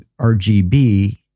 RGB